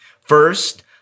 First